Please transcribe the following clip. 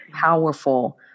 powerful